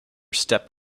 step